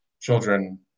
Children